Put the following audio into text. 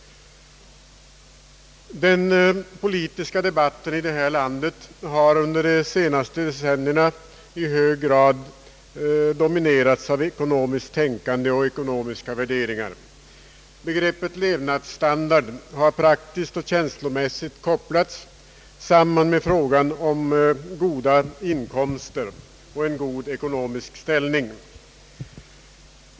Den politiska debatten i det här landet har under de senaste decennierna i hög grad dominerats av ekonomiskt tänkande och ekonomiska värderingar. Begreppet levnadsstandard har praktiskt och känslomässigt kopplats samman med goda inkomster och en god ekonomisk ställning.